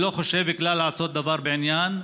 שלא חושב כלל לעשות דבר בעניין,